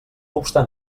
obstant